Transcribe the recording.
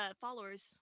followers